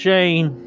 Jane